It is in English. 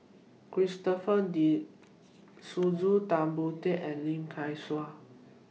Christopher De Souza Tan Boon Teik and Lim Kay Siu